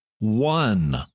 One